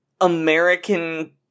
american